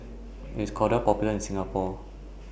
IS Kordel's Popular in Singapore